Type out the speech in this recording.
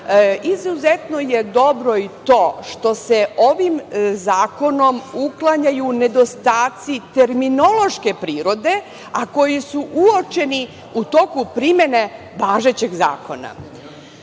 izuzetno je dobro i to što se ovim zakonom uklanjaju nedostaci terminološke prirode, a koji su ukočeni u toku primene važećeg zakona.